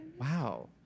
Wow